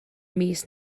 mis